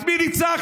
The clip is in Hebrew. את מי ניצחת?